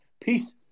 peace